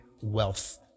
wealth